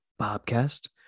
bobcast